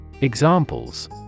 Examples